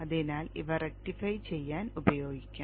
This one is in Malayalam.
അതിനാൽ ഇവ റക്റ്റിഫൈ ചെയ്യാൻ ഉപയോഗിക്കാം